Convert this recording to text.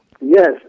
Yes